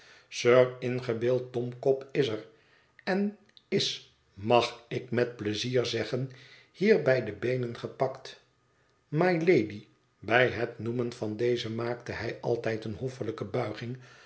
sir ingebeeld domkop is er en is mag ik met pleizier zeggen hier bij de beenen gepakt mylady bij het noemen van deze maakte hij altijd eene hoffelijke buiging